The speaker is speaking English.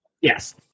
Yes